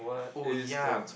oh ya